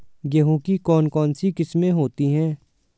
गेहूँ की कौन कौनसी किस्में होती है?